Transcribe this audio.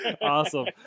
awesome